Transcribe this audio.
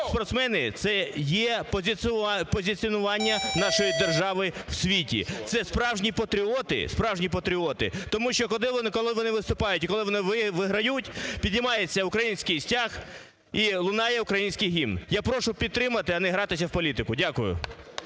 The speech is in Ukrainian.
Спортсмени це є позиціонування нашої держави в світі, це справжні патріоти, справжні патріоти, тому що, коли вони виступаючи і, коли вони виграють піднімається український стяг і лунає український гімн. Я прошу підтримати, а не гратися в політику. Дякую.